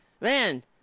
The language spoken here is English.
Man